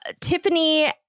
Tiffany